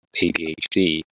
ADHD